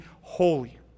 holy